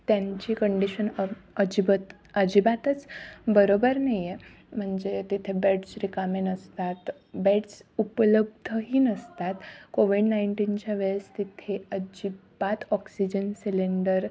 त्यांची कंडिशन अ अजिबात अजिबातच बरोबर नाही आहे म्हणजे तिथे बेड्स रिकामे नसतात बेड्स उपलब्धही नसतात कोविड नाईंटिनच्या वेळेस तिथे अजिबात ऑक्सिजन सिलेंडर